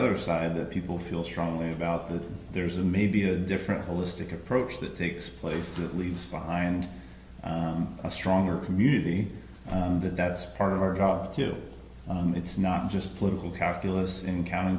other side that people feel strongly about that there's a maybe a different holistic approach that takes place that leaves behind a stronger community but that's part of our go to it's not just political calculus in counting